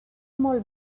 molt